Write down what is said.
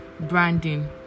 Branding